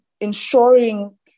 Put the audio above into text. ensuring